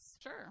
Sure